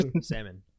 Salmon